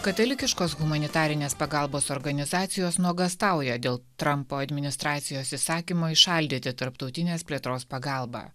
katalikiškos humanitarinės pagalbos organizacijos nuogąstauja dėl trampo administracijos įsakymo įšaldyti tarptautinės plėtros pagalbą